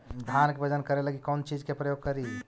धान के बजन करे लगी कौन चिज के प्रयोग करि?